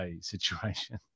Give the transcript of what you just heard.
situation